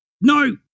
no